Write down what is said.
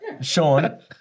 Sean